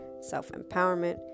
self-empowerment